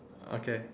okay